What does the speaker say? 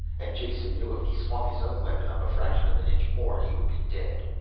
and jason knew if he swung his own weapon up a fraction of an inch more he would be dead.